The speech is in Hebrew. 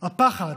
הפחד,